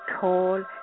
tall